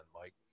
Mike